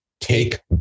take